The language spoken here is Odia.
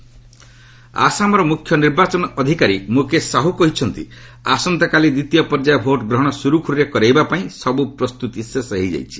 ଆସାମ ସିଇଓ ଆସାମର ମୁଖ୍ୟ ନିର୍ବାଚନ ଅଧିକାରୀ ମୁକେଶ ସାହୁ କହିଛନ୍ତି ଆସନ୍ତାକାଲି ଦ୍ୱିତୀୟ ପର୍ଯ୍ୟାୟ ଭୋଟ୍ଗ୍ରହଣ ସୁରୁଖୁରୁରେ କରିବାପାଇଁ ସବୁ ପ୍ରସ୍ତୁତି ଶେଷ ହୋଇଛି